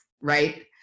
right